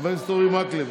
חבר הכנסת אורי מקלב,